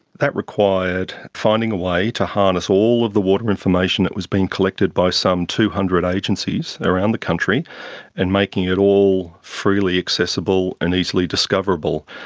that required finding a way to harness all of the water information that was being collected by some two hundred agencies around the country and making it all freely accessible and easily discoverable.